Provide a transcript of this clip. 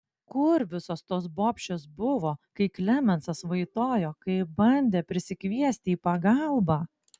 kur visos tos bobšės buvo kai klemensas vaitojo kai bandė prisikviesti į pagalbą